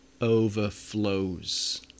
overflows